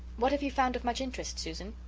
what have you found of much interest, susan?